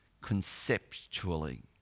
conceptually